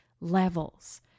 levels